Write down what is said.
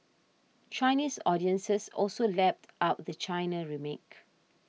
Chinese audiences also lapped up the China remake